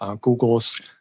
Google's